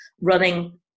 running